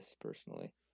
personally